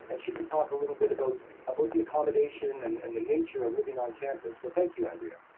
and she can talk a little bit about about the accommodation and and the nature of living on campus. so thank you, andrea?